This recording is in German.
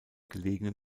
gelegen